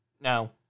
No